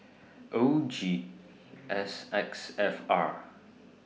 O G S X F R